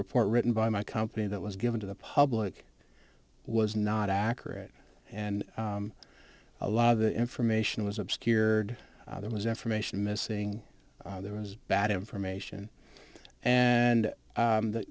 report written by my company that was given to the public was not accurate and a lot of the information was obscured there was information missing there was bad information and